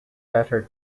better